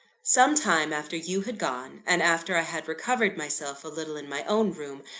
some time after you had gone, and after i had recovered myself a little in my own room,